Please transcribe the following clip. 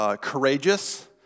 Courageous